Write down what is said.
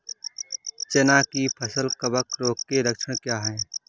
चना की फसल कवक रोग के लक्षण क्या है?